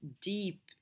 deep